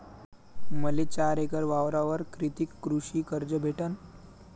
मले चार एकर वावरावर कितीक कृषी कर्ज भेटन?